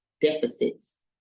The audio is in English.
deficits